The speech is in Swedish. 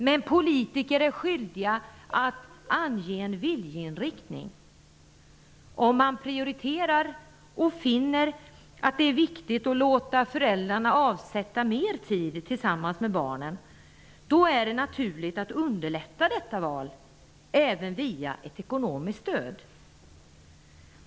Men politiker är skyldiga att ange en viljeinriktning. Om man prioriterar och finner att det är viktigt att låta föräldrarna avsätta mer tid för att vara tillsammans med barnen, då är det naturligt att underlätta detta val även via ett ekonomiskt stöd.